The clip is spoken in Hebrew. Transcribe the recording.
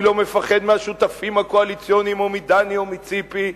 אני לא מפחד מהשותפים הקואליציוניים או מדני או מציפי,